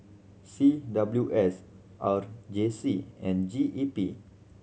C W S R J C and G E P